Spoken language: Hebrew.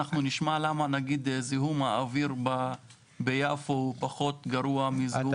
נשמע למה זיהום האוויר ביפו הוא פחות גרוע מזיהום האוויר שם?